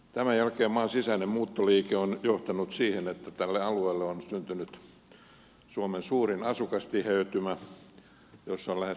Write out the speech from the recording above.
tämän jälkeen maan sisäinen muuttoliike on johtanut siihen että tälle alueelle on syntynyt suomen suurin asukastiheytymä jossa on lähes miljoona asukasta